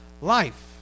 life